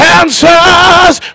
answers